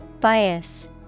Bias